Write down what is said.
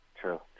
True